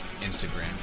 Instagram